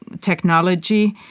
technology